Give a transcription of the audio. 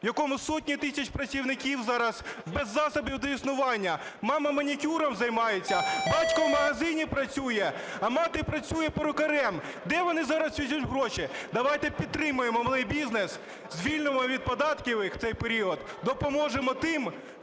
в якому сотні тисяч працівників зараз без засобів до існування: мама манікюром займається, батько в магазині працює, а мати працює перукарем, - де вони зараз візьмуть гроші? Давайте підтримаємо малий бізнес, звільнимо їх від податків в цей період. Допоможемо тим,